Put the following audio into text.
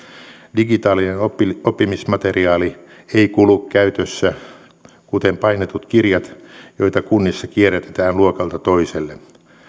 digitaalinen oppimismateriaali ei kulu käytössä kuten painetut kirjat joita kunnissa kierrätetään luokalta toiselle